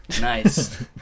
Nice